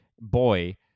boy